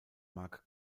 mark